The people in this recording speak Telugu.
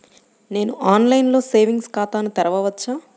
నేను ఆన్లైన్లో సేవింగ్స్ ఖాతాను తెరవవచ్చా?